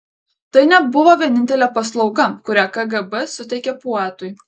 tai nebuvo vienintelė paslauga kurią kgb suteikė poetui